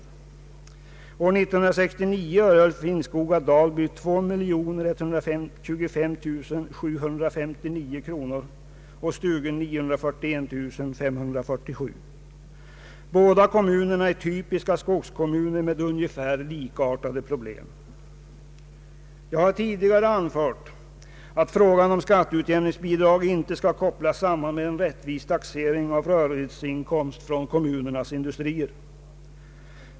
År 1969 erhöll Finnskoga-Dalby 2125759 kronor och Stugun 941547 kronor. Båda kommunerna är typiska skogskommuner med ungefär likartade problem. Jag har tidigare anfört att frågan om skatteutjämningsbidrag inte skall kopplas samman med frågan om en rättvis taxering av rörelseinkomst från kommunernas industrier.